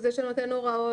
הוא זה שנותן הוראות,